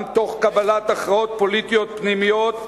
גם תוך קבלת הכרעות פוליטיות פנימיות,